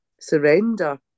surrender